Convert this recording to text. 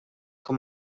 con